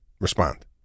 respond